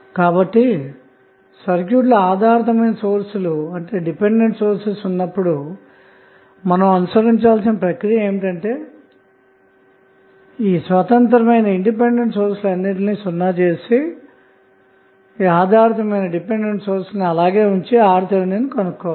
కాబట్టి సర్క్యూట్ లో ఆధారితమైన సోర్స్ లు ఉన్నప్పుడు మనం అనుసరించాల్సిన ప్రక్రియ ఏమిటంటే స్వతంత్రమైన సోర్స్ లను సున్నా చేసి ఆధారితమైన సోర్స్ లను అలాగే ఉంచి RTh ను కనుక్కోవాలి